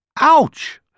Ouch